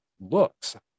looks